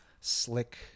slick